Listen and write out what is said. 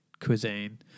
cuisine